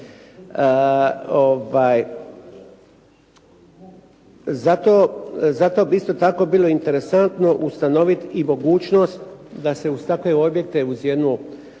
Zato bi isto tako bilo interesantno ustanoviti i mogućnost da se uz takve objekte uz jednu